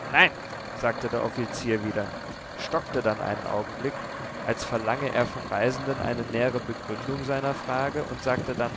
nein sagte der offizier wieder stockte dann einen augenblick als verlange er vom reisenden eine nähere begründung seiner frage und sagte dann